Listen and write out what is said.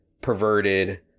perverted